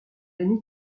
nuit